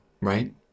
Right